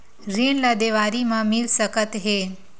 ऋण ला देवारी मा मिल सकत हे